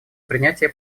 принятия